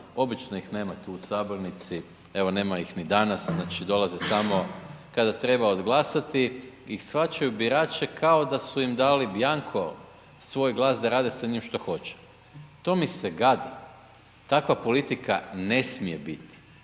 obično ih nema tu u sabornici, evo nema ih ni danas, znači dolaze samo kada treba oglasiti i shvaćaju birače kao da su im dali bianco svoj glas da rade s njim što hoće. To mi se gadi, takva politika ne smije biti,